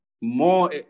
more